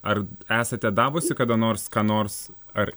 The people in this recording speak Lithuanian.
ar esate davusi kada nors ką nors ar